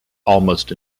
almost